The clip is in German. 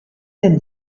denn